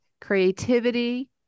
Creativity